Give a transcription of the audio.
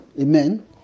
Amen